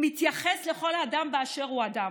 הוא מתייחס לכל אדם באשר הוא אדם.